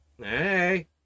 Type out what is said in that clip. Hey